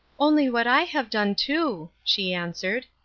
only what i have done too, she answered.